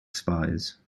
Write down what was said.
spies